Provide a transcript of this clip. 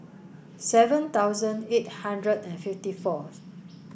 seven thousand eight hundred and fifty fourth